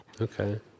okay